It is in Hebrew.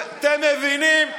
אתם מבינים?